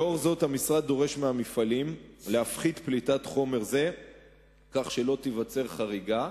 לפיכך המשרד דורש מהמפעלים להפחית פליטת חומר זה כך שלא תיווצר חריגה,